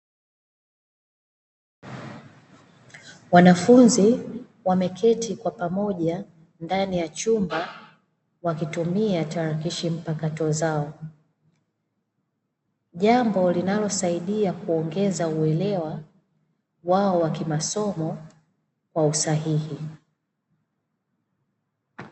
Wanafunzi wameketi kwa pamoja ndani ya chumba, wakitumia tarakilishi mpakato zao. Jambo linalosaidia kuongeza uelewa wao wa kimasomo kwa usahihi.